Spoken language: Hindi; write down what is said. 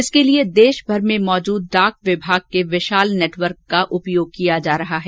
इसके लिए देशभर में मौजूद डाक विभाग के विशाल नेटवर्क का उपयोग किया जा रहा है